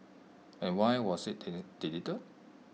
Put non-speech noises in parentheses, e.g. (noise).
and why was IT (noise) deleted